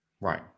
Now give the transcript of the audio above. Right